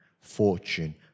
fortune